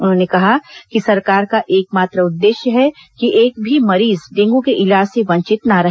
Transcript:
उन्होंने कहा कि सरकार का एकमात्र उद्देश्य है कि एक भी मरीज डेंगू के इलाज से वंचित ना रहे